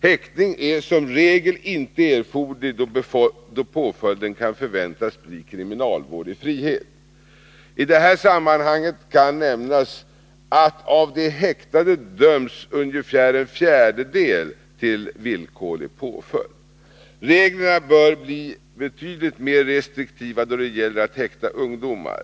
Häktning är som regel inte Nr 86 erforderlig då påföljden kan förväntas bli kriminalvård i frihet. I dessa Måndagen den sammanhang kan nämnas att av de häktade ungefär en fjärdedel döms till 28 februari 1983 villkorlig påföljd. Reglerna bör bli betydligt mera restriktiva då det gäller att häkta Om översyn av ungdomar.